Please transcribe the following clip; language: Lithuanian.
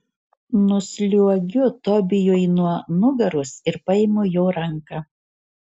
nusliuogiu tobijui nuo nugaros ir paimu jo ranką